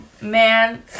man